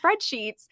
spreadsheets